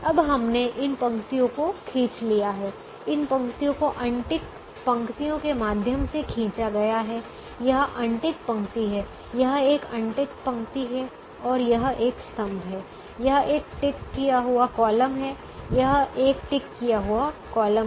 अब हमने इन पंक्तियों को खींच लिया है इन पंक्तियों को अनटिक पंक्तियों के माध्यम से खींचा गया है यह अनटिक पंक्ति है यह एक अनटिक पंक्ति है और यह एक स्तंभ है यह एक टिक किया हुआ कॉलम है यह एक टिक किया हुआ कॉलम है